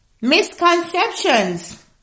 Misconceptions